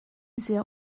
sehr